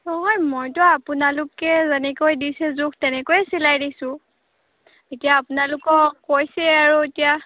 নহয় মইতো আপোনালোকে যেনেকৈ দিছিল জোখ তেনেকৈয়ে চিলাই দিছোঁ এতিয়া আপোনালোকক কৈছে আৰু এতিয়া